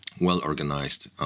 well-organized